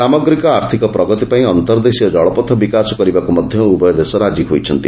ସାମଗ୍ରିକ ଆର୍ଥିକ ପ୍ରଗତି ପାଇଁ ଅନ୍ତର୍ଦେଶୀୟ ଜଳପଥ ବିକାଶ କରିବାକୁ ମଧ୍ୟ ଉଭୟ ଦେଶ ରାଜି ହୋଇଛନ୍ତି